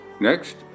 Next